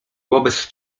wobec